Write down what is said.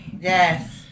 Yes